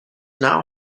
now